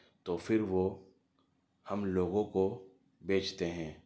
تو پھر وہ ہم لوگوں کو بیچتے ہیں